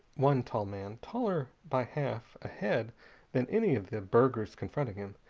one tall man, taller by half a head than any of the burghers confronting him,